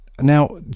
now